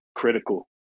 critical